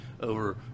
over